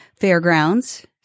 Fairgrounds